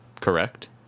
Correct